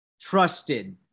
trusted